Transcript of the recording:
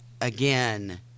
again